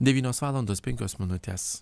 devynios valandos penkios minutės